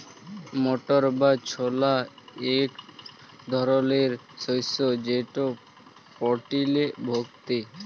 মটর বা ছলা ইক ধরলের শস্য যেট প্রটিলে ভত্তি